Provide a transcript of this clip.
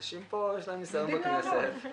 לאנשים יש ניסיון בכנסת,